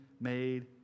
made